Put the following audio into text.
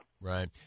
Right